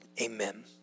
amen